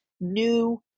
new